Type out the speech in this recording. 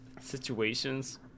situations